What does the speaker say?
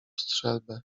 strzelbę